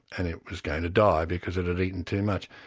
and it was going to die because it had eaten too much.